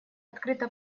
открыто